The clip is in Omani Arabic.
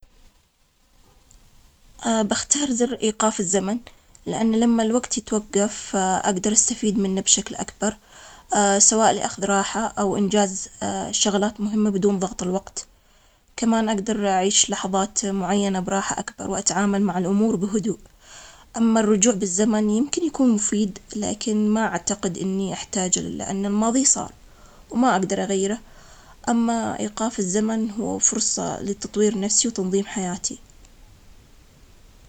ولله، لو اخترت زر ليقاف الزمن، أقدر أستغل الوقت في الراحة والتفكير. بس لو رجعت بالزمن، ممكن إني أغير بعض من القرارات. بعدين إيقاف الزمن أحس إنه أسهل, لأني أقدر إني أعيش اللحظة بدون ضغط حولي وبدون أي مسؤوليات ممكن تضغط علي وتوترني.